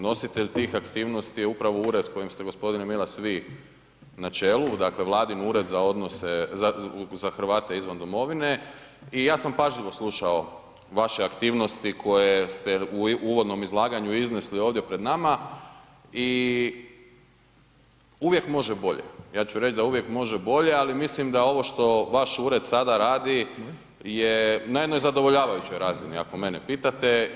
Nositelj tih aktivnosti je upravo ured kojim ste gospodine Milas vi na čelu, dakle Vladin ured za odnose, za Hrvate izvan domovine i ja sam pažljivo slušao vaše aktivnosti koje ste u uvodnom izlaganju iznesli ovdje pred nama i uvijek može bolje, ja ću reći da uvijek može bolje, ali mislim da ovo što vaš ured sada radi je na jednoj zadovoljavajućoj razini ako mene pitate.